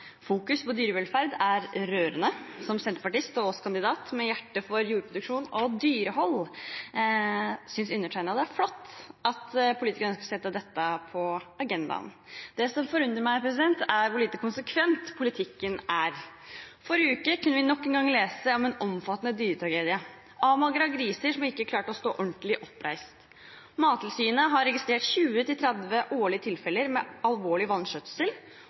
fokus på dyrevelferd, er rørende. Som senterpartist og Ås-kandidat med hjerte for jordbruksproduksjon og dyrehold synes undertegnede det er flott at politikerne ønsker å sette dette på agendaen. Det som forundrer meg, er hvor lite konsekvent politikken er. Forrige uke kunne vi nok en gang lese om en omfattende dyretragedie, avmagrede griser som ikke klarte å stå ordentlig oppreist. Mattilsynet har registrert 20–30 årlige tilfeller med alvorlig vanskjøtsel